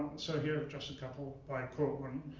so here are just a couple by ko un.